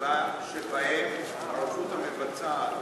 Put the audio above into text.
שבהם הרשות המבצעת